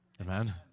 amen